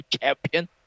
champion